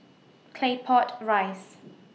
Claypot Rice